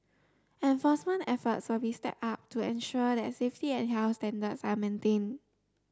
enforcement efforts will be stepped up to ensure that safety and health standards are maintained